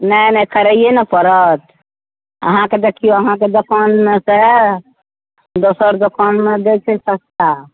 नहि नहि करैए ने पड़त अहाँकेँ देखियौ अहाँकेँ दोकानमे तऽ दोसर दोकानमे दै छै सस्ता